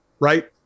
Right